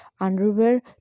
underwear